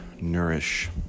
nourish